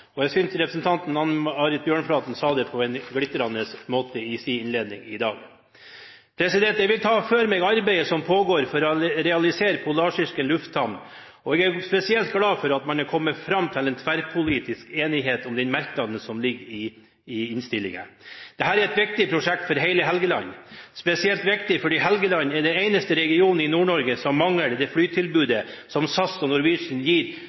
Jeg synes representanten Anne Marit Bjørnflaten sa det på en glitrende måte i sin innledning i dag. Jeg vil ta for meg arbeidet som pågår for å realisere Polarsirkelen lufthavn. Jeg er spesielt glad for at man har kommet fram til en tverrpolitisk enighet i den merknaden som ligger i innstillingen. Dette er et viktig prosjekt for hele Helgeland, spesielt viktig fordi Helgeland er den eneste regionen i Nord-Norge som mangler det flytilbudet som SAS og Norwegian gir